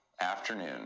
afternoon